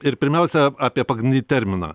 ir pirmiausia apie pagrindinį terminą